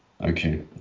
Okay